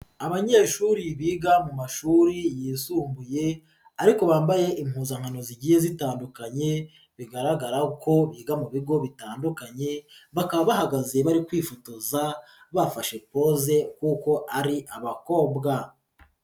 Abanyeshuri biga mu mashuri yisumbuye ariko bambaye impuzankano zigiye zitandukanye bigaragara ko biga mu bigo bitandukanye bakaba bahagaze bari kwifotoza bafashe poze kuko ari abakobwa.